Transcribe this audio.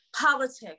politics